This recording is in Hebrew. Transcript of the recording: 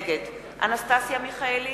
נגד אנסטסיה מיכאלי,